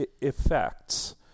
effects